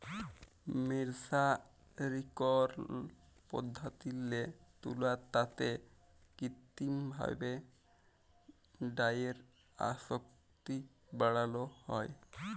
মের্সারিকরল পদ্ধতিল্লে তুলার তাঁতে কিত্তিম ভাঁয়রে ডাইয়ের আসক্তি বাড়ালো হ্যয়